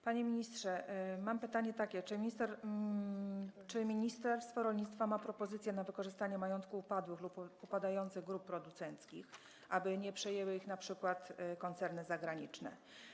Panie ministrze, mam takie pytanie: Czy ministerstwo rolnictwa ma propozycje dotyczące wykorzystania majątku upadłych lub upadających grup producenckich, aby nie przejęły ich na przykład koncerny zagraniczne?